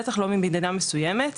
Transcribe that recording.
בטח לא ממדינה מסוימת,